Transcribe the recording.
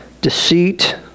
deceit